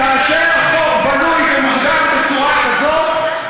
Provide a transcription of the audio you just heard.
כאשר חוק בנוי ומוגדר בצורה כזאת,